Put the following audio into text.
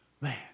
Man